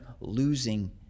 losing